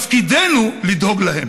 תפקידנו לדאוג להם.